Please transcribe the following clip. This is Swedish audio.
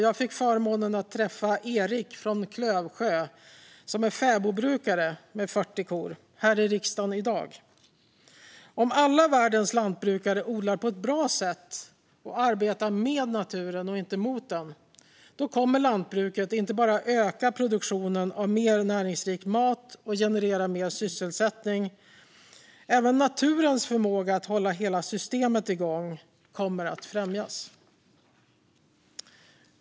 Jag fick förmånen att träffa Erik från Klövsjö, som är fäbodbrukare med 40 kor, här i riksdagen i dag. Om alla världens lantbrukare odlar på ett bra sätt och arbetar med naturen och inte mot den kommer lantbruket inte bara att öka produktionen av mer näringsrik mat och generera mer sysselsättning, utan naturens förmåga att hålla hela systemet igång kommer även att främjas.